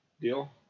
deal